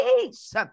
peace